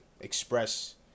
express